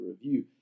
review